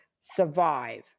survive